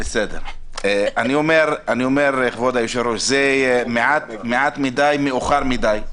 זה מעט מדי, מאוחר מדי.